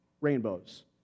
rainbows